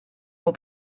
will